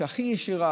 הכי ישירה,